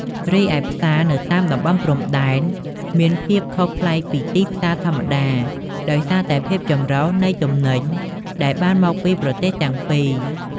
រីឯផ្សារនៅតាមតំបន់ព្រំដែនមាន ភាពខុសប្លែកពីទីផ្សារធម្មតា ដោយសារតែភាពចម្រុះនៃទំនិញដែលបានមកពីប្រទេសទាំងពីរ។